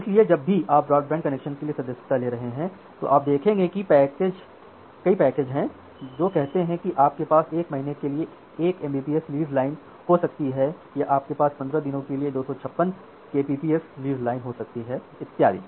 इसलिए जब भी आप ब्रॉडबैंड कनेक्शन के लिए सदस्यता ले रहे हैं तो आप देखेंगे कि कई पैकेज हैं जो कहते हैं कि आपके पास 1 महीने के लिए 1 Mbps लीज लाइन हो सकती है या आपके पास 15 दिनों के लिए 256 Kbps लीज लाइन हो सकती है इत्यादि